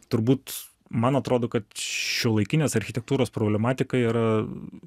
turbūt man atrodo kad šiuolaikinės architektūros problematika yra